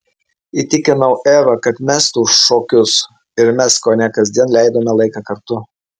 įtikinau evą kad mestų šokius ir mes kone kasdien leidome laiką kartu